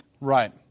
Right